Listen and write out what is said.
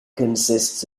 consists